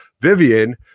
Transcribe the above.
Vivian